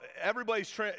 everybody's